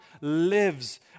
lives